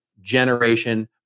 generation